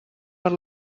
per